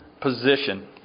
position